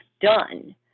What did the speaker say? done